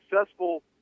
successful